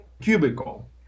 cubicle